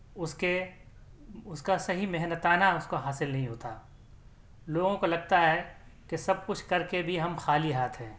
اس کے اس کا صحیح محنتانہ اس کو حاصل نہیں ہوتا لوگوں کو لگتا ہے کہ سب کچھ کر کے بھی ہم خالی ہاتھ ہیں